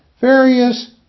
various